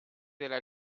della